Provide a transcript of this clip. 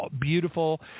beautiful